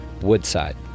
Woodside